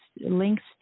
links